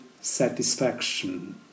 satisfaction